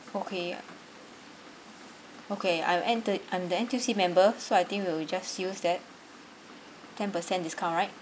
okay okay I'm N_T~ I'm the N_T_U_C member so I think we will just use that ten percent discount right